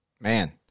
man